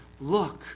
look